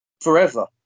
forever